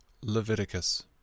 Leviticus